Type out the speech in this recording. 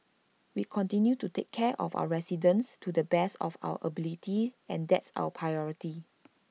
we continue to take care of our residents to the best of our ability and that's our priority